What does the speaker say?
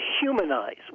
humanize